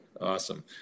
Awesome